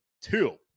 two